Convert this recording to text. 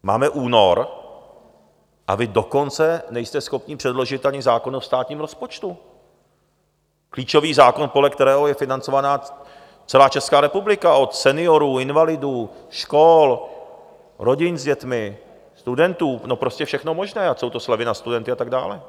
Máme únor, a vy dokonce nejste schopni předložit ani zákon o státním rozpočtu, klíčový zákon, podle kterého je financována celá Česká republika, od seniorů, invalidů, škol, rodin s dětmi, studentů, prostě všechno možné, ať jsou to slevy na studenty a tak dál.